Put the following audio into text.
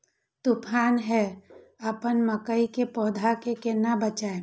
तुफान है अपन मकई के पौधा के केना बचायब?